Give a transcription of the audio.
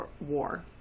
war